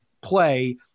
play